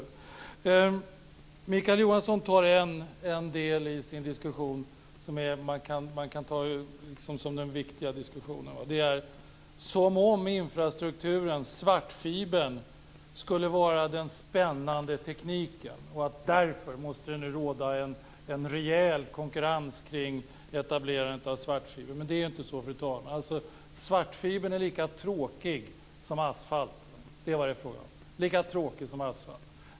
Det är en del i Mikael Johanssons anförande som man kan uppfatta som den viktiga diskussionen. Det är som om infrastrukturen, svartfibern, skulle vara den spännande tekniken, och därför måste det råda en rejäl konkurrens kring etablerandet av svartfiber. Men det är inte så, fru talman. Svartfibern är lika tråkig som asfalt. Det är vad det är fråga om. Lika tråkig som asfalt.